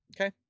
okay